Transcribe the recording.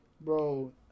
Bro